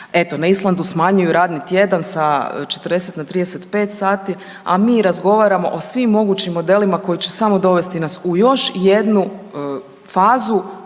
Eto na Islandu smanjuju radni tjedan sa 40 na 35 sati, a mi razgovaramo o svim mogućim modelima koji će samo dovesti nas u još jednu fazu